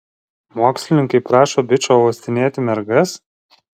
mokslininkai prašo bičo uostinėti mergas